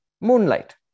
moonlight